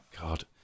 god